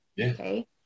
Okay